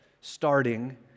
starting